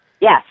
Yes